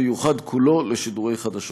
שייוחד כולו לשידורי חדשות.